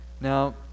Now